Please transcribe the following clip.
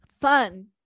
fun